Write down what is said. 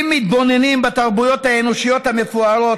אם מתבוננים בתרבויות האנושיות המפוארות